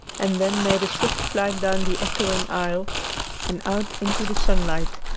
and then made a swift flight down the echoing aisle and out into the sunlight.